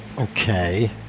okay